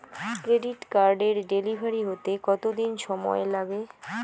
Credit কার্ডের delivery হতে কতদিন সময় লাগে?